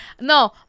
no